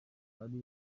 ari